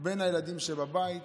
בין הילדים שבבית